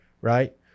right